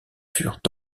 furent